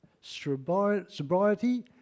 sobriety